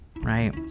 right